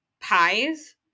pies